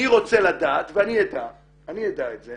אני רוצה לדעת ואני אדע את זה